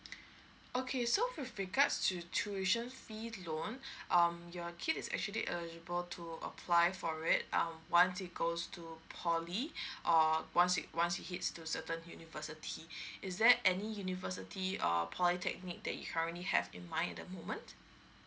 okay so with regards to tuition fee loan um your kid is actually eligible to apply for it um once he goes to poly or once he once he hit to certain university is there any university or polytechnic that you currently have in mind at the moment